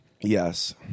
Yes